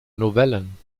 novellen